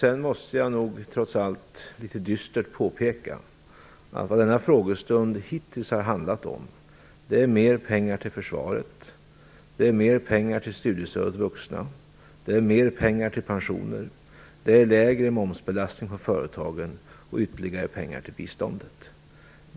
Trots allt måste jag litet dystert påpeka att vad denna frågestund hittills har handlat om är mer pengar till försvaret, mer pengar till studiestöd åt vuxna, mer pengar till pensioner, lägre momsbelastning för företagen och ytterligare pengar till biståndet.